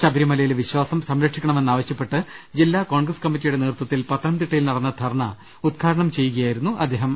ശബരിമലയിലെ വിശ്വാസം സംരക്ഷിക്കണമെന്നാ വശ്യപ്പെട്ട് ജില്ലാ കോൺഗ്രസ് കമ്മറ്റിയുടെ നേതൃത്വത്തിൽ പത്തനംതിട്ടയിൽ നടന്ന ധർണ്ണ ഉദ്ഘാടനം ചെയ്യുകയാ യിരുന്നു അദ്ദേഹം